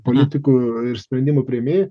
politikų ir sprendimų priėmėjų